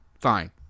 fine